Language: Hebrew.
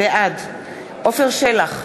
בעד עפר שלח,